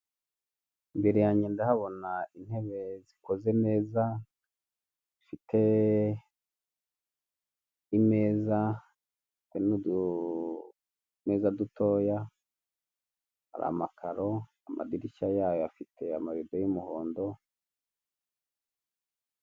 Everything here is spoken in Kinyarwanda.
Imbere yanjye ndahabona intebe zikoze neza zifite imeza hari n'utumeza dutoya hari amakaro, amadirishya yayo afite amarido y'umuhondo.